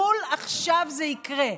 בול עכשיו זה יקרה,